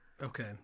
Okay